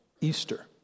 Easter